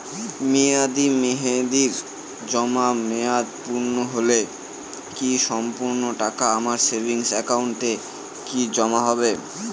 মেয়াদী মেহেদির জমা মেয়াদ পূর্ণ হলে কি সম্পূর্ণ টাকা আমার সেভিংস একাউন্টে কি জমা হবে?